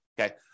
Okay